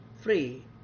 free